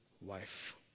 wife